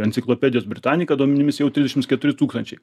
enciklopedijos britanika duomenimis jau trisdešims keturi tūkstančiai